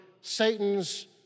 Satan's